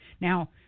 Now